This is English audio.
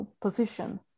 position